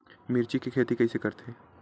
मिरचा के खेती कइसे करथे?